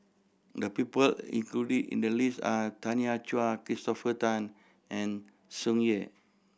the people included in the list are Tanya Chua Christopher Tan and Tsung Yeh